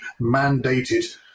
mandated